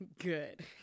good